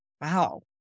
Wow